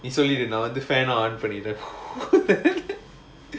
நீ சொல்லிடு நான் வந்து:nee sollidu naan vandhu pan ah on பண்ணிட்டு:pannittu